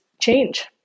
change